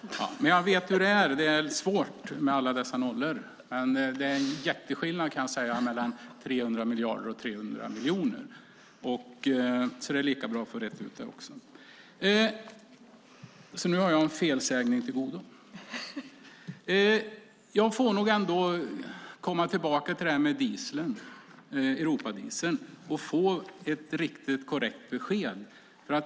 Fru talman! Jag ska börja med att i all vänlighet rätta Lena Asplund. Det råkade nämligen bli fel på några nollor. Det blir inte 300 miljarder med handelsgödselskatten. Jag vet hur det är. Det är svårt med alla dessa nollor, men det är en jätteskillnad mellan 300 miljarder och 300 miljoner. Det är bra att få det utrett. Jag måste komma tillbaka till detta med Europadieseln och be om ett korrekt besked.